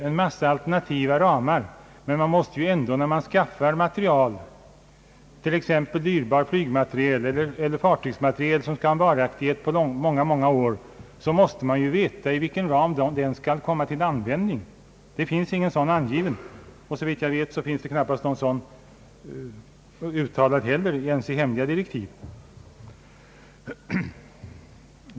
En massa alternativa ramar diskuteras, men vid anskaffningen av exempelvis dyrbar flygmateriel eller fartygsmateriel, som skall ha en varaktighet på många, många år, måste man ju veta i vilken kostnadsram den skall komma till användning. Det finns ingen sådan angiven; och såvitt jag vet finns ingen ram angiven ens i hemliga direktiv.